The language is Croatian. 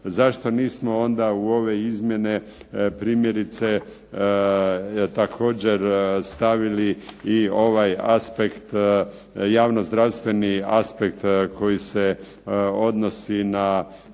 Zašto nismo onda u ove izmjene primjerice također stavili i ovaj aspekt, javnozdravstveni aspekt koji se odnosi na